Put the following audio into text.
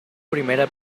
primera